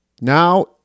Now